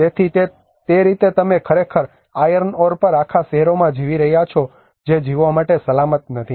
તેથી તે રીતે તમે ખરેખર આયર્ન ઓર પર આખા શહેરોમાં જીવી રહ્યા છો જે જીવવા માટે સલામત નથી